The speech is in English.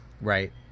Right